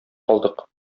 калдык